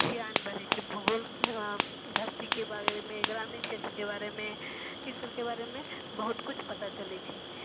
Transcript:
ज्ञान बढ़ै छै भूगोल धरतीके बारेमे ग्रामीण क्षेत्रके बारेमे ईसबके बारेमे बहुत किछु पता चले छै